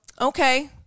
okay